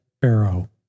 Pharaoh